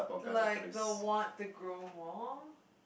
like the the want to grow more